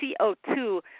CO2